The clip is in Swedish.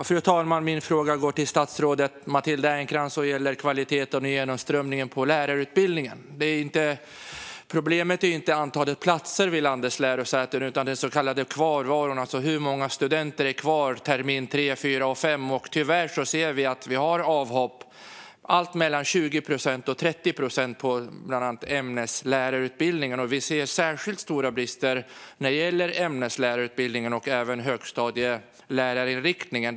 Fru talman! Min fråga går till statsrådet Matilda Ernkrans och gäller kvaliteten och genomströmningen på lärarutbildningen. Problemet är inte antalet platser vid landets lärosäten, utan den så kallade kvarvaron, det vill säga hur många studenter som är kvar termin tre, fyra och fem. Tyvärr är det avhopp på mellan 20 och 30 procent på bland annat ämneslärarutbildningen. Vi ser särskilt stora brister när det gäller ämneslärarutbildningen och högstadielärarinriktningen.